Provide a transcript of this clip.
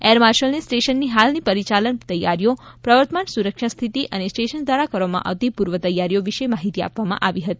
air માર્શલને સ્ટેશનની હાલની પરિયાલન તૈયારીઓ પ્રવર્તમાન સુરક્ષા સ્થિતિ અને સ્ટેશન દ્વારા કરવામાં આવતી પૂર્વતૈયારીઓ વિશે માહિતી આપવામાં આવી હતી